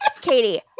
Katie